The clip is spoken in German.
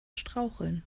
straucheln